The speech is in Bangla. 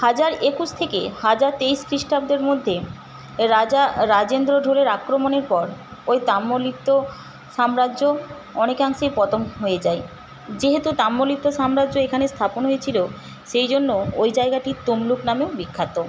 হাজার একুশ থেকে হাজার তেইশ খ্রিষ্টাব্দর মধ্যে রাজা রাজেন্দ্র ঢোলের আক্রমণের পর ওই তাম্রলিপ্ত সাম্রাজ্য অনেকাংশেই পতন হয়ে যায় যেহেতু তাম্রলিপ্ত সাম্রাজ্য এখানে স্থাপন হয়েছিল সেই জন্য ওই জায়গাটি তমলুক নামে বিখ্যাত